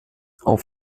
auf